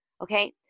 Okay